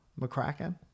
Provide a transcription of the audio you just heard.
McCracken